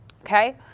okay